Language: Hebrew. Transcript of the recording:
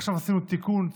עכשיו עשינו תיקון,